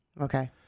Okay